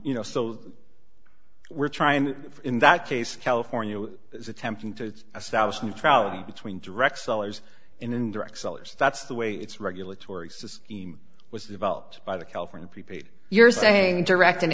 you know so we're try and in that case california is attempting to establish neutrality between direct sellers and indirect sellers that's the way it's regulatory says team was developed by the california prepaid you're saying direct an